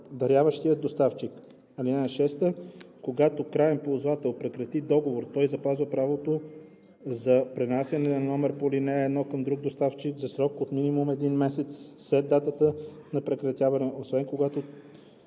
даряващия доставчик. (6) Когато краен ползвател прекрати договор, той запазва правото за пренасяне на номер по ал. 1 към друг доставчик за срок от минимум един месец след датата на прекратяване, освен ако